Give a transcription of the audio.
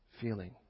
feeling